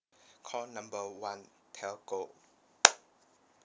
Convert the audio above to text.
call number one telco